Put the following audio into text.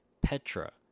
Petra